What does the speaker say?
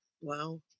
Wow